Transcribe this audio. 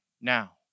now